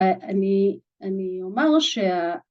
‫אני אומר ש...